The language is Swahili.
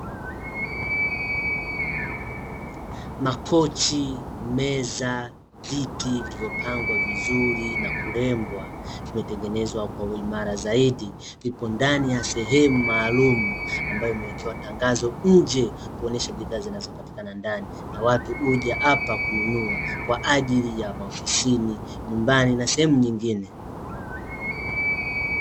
Makochi, meza, viti vilivyopangwa vizuri na kurembwa; vimetengenezwa kwa uimara zaidi. Vipo ndani ya sehemu maalumu ambayo imewekewa tangazo nje kuonyesha bidhaa zinazopatikana ndani. Na watu huja hapa kununua kwa ajili ya maofisini, nyumbani na sehemu nyingine.